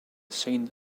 saint